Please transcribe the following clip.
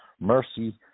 mercy